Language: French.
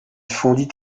fondit